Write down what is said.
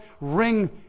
ring